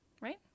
right